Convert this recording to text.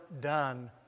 done